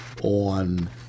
on